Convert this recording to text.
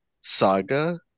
saga